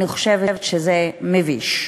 אני חושבת שזה מביש.